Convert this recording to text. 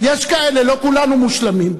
יש כאלה, לא כולנו מושלמים.